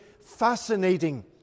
fascinating